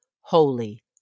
holy